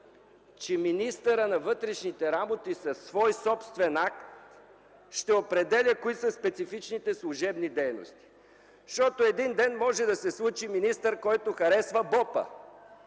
че министърът на вътрешните работи със свой собствен акт ще определя кои са специфичните служебни дейности. Защото един ден може да се случи министър, който харесва БОП-а,